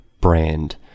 brand